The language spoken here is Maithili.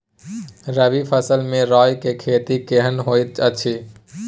रबी फसल मे राई के खेती केहन होयत अछि?